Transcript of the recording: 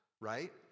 right